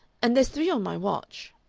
and there's three on my watch.